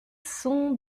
sont